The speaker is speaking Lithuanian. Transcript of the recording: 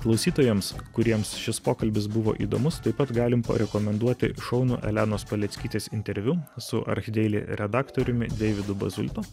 klausytojams kuriems šis pokalbis buvo įdomus taip pat galim parekomenduoti šaunų elenos paleckytės interviu su archdeili redaktoriumi deividu bazulto